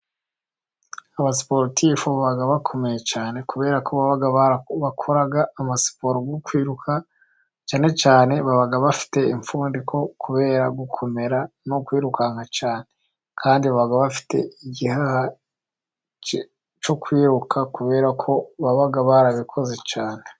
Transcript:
Aba siporutifu baba bakomeye cyane, kubera ko bakora amasiporo yo kwiruka, cyane cyane baba bafite impfundiko, ariko kubera gukomera no kwirukanka cyane, kandi baba bafite igihaha cyo kwiruka, kubera ko baba barabikoze cyane.